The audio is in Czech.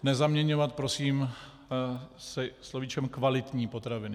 Nezaměňovat prosím se slovíčkem kvalitní potraviny.